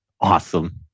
Awesome